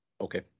Okay